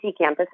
campuses